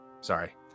Sorry